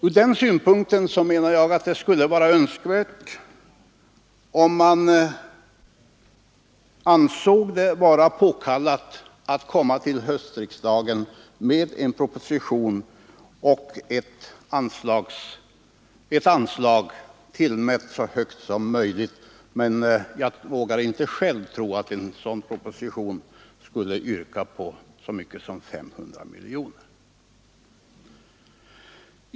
Från den synpunkten menar jag att det skulle vara önskvärt att man ansåg det påkallat att för höstriksdagen lägga fram en proposition med förslag om ett så högt anslag som möjligt. Men jag vågar inte själv tro att man i en sådan proposition skulle föreslå så mycket som 500 miljoner.